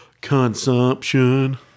consumption